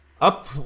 Up